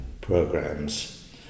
Programs